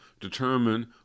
determine